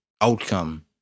outcome